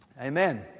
Amen